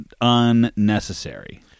unnecessary